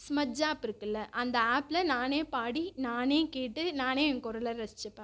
smudge app இருக்குல்ல அந்த ஆப்பில் நானே பாடி நானே கேட்டு நானே என் குரல ரசிச்சுப்பன்